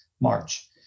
March